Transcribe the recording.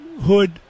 Hood